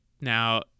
Now